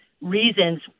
reasons